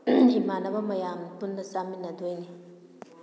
ꯏꯃꯥꯟꯅꯕ ꯃꯌꯥꯝ ꯄꯨꯟꯅ ꯆꯥꯃꯤꯟꯅꯗꯣꯏꯅꯤ